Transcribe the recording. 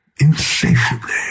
insatiably